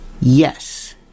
Yes